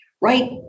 right